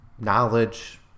knowledge